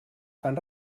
fan